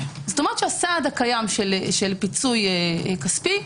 כלומר הסעד הקיים של פיצוי כספי,